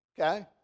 Okay